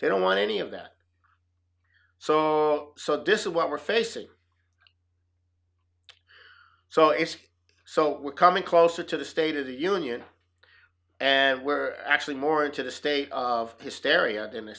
they don't want any of that so so this is what we're facing so it's so we're coming closer to the state of the union and were actually more into the state of hysteria in the